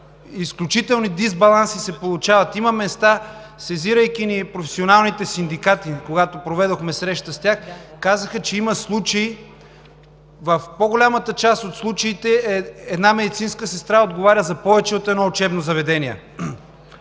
изключителни дисбаланси. Има места, сезирайки ни професионалните синдикати, когато проведохме среща с тях, казаха, че има случаи и в по-голяма част от тях една медицинска сестра отговаря за повече от едно учебно заведение.